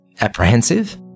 apprehensive